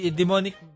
demonic